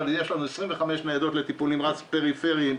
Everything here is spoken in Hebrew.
אבל יש לנו 25 ניידות לטיפול נמרץ פריפריים צפון,